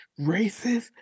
racist